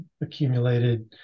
accumulated